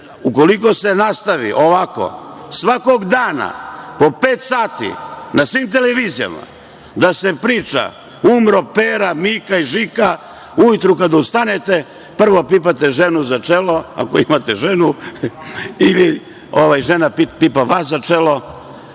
ukoliko se nastavi ovako, svakog dana po pet sati na svim televizijama da se priča – umro Pera, Mika, Žika, ujutru kad ustanete prvo pipate ženu za čelo, ako imate ženu, ili žena pipa vas za čelo,